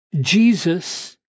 Jesus